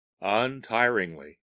untiringly